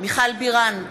מיכל בירן,